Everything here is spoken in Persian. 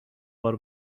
بار